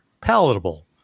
palatable